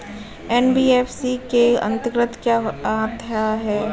NBFC के अंतर्गत क्या आता है?